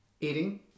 Eating